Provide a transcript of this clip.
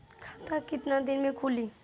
खाता कितना दिन में खुलि?